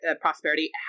prosperity